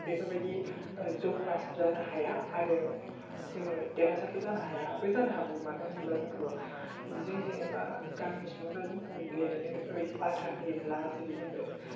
बेफोरबायदि जौगासार जानो हाया आरो जोङो देरहासारबो जानो हायाबो जानो हागौ मानो होनोब्ला जोंखौ जों जेनेबा गामिनि सुबुंफ्रा जोंखौ गेलेनो बेफोरबायदि बादा होयोब्ला जेरै जोङो